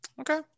Okay